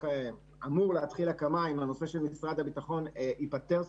שאמור להתחיל הקמה אם הנושא של משרד הביטחון ייפתר סוף-סוף,